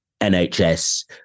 NHS